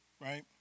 right